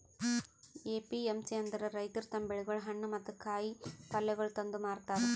APMC ಅಂದುರ್ ರೈತುರ್ ತಮ್ ಬೆಳಿಗೊಳ್, ಹಣ್ಣ ಮತ್ತ ಕಾಯಿ ಪಲ್ಯಗೊಳ್ ತಂದು ಮಾರತಾರ್